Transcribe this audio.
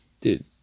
Dude